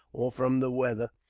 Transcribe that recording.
or from the weather,